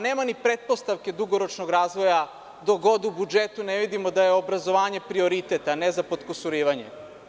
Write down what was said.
Nema ni pretpostavke dugoročnog razvoja, dok god u budžetu ne vidimo da je obrazovanje prioritet, a ne za potkusurivanje.